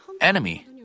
enemy